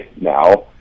now